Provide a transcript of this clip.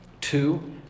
Two